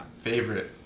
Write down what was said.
favorite